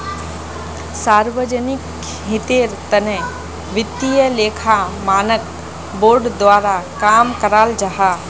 सार्वजनिक हीतेर तने वित्तिय लेखा मानक बोर्ड द्वारा काम कराल जाहा